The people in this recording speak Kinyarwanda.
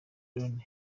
brown